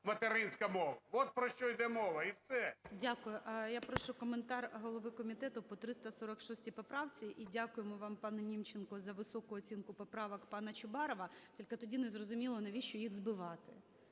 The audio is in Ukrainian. материнська мова. От про що йде мова, і все. ГОЛОВУЮЧИЙ. Дякую. Я прошу коментар голови комітету по 246 поправці. І дякуємо вам, пане Німченко, за високу оцінку поправок пана Чубарова. Тільки тоді не зрозуміло, навіщо їх збивати?